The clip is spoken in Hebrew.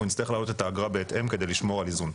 נצטרך להעלות את האגרה בהתאם כדי לשמור על איזון.